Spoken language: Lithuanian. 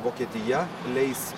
vokietija leis